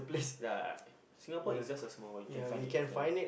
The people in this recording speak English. ya Singapore is just a small world you can find it yourself